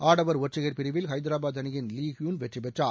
ஆடவர் ஒற்றையர் பிரிவில் ஹைதராபாத் அணியின் லீ ஹியூன் வெற்றி பெற்றார்